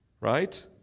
right